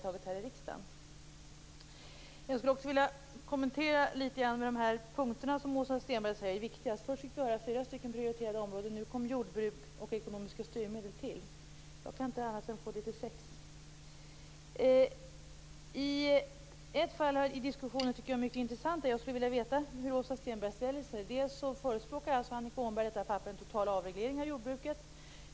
Jag vill också kommentera de punkter som Åsa Stenberg säger är viktigast. Först fick vi höra att det var fyra prioriterade områden. Sedan kom jordbruk och ekonomiska styrmedel till. Jag kan inte få det till annat än sex. Annika Åhnberg förespråkar i det brev jag nämnde en total avreglering av jordbruket.